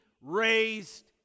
raised